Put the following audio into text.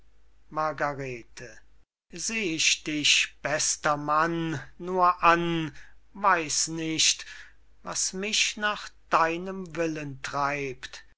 margarete seh ich dich bester mann nur an weiß nicht was mich nach deinem willen treibt